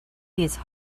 these